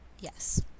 Yes